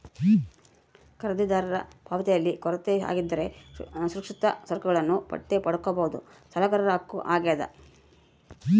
ಖರೀದಿದಾರರ ಪಾವತಿಯಲ್ಲಿ ಕೊರತೆ ಆಗಿದ್ದರೆ ಸುರಕ್ಷಿತ ಸರಕುಗಳನ್ನು ಮತ್ತೆ ಪಡ್ಕಂಬದು ಸಾಲಗಾರರ ಹಕ್ಕು ಆಗ್ಯಾದ